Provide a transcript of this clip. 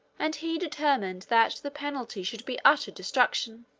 and he determined that the penalty should be utter destruction.